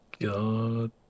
God